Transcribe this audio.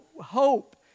hope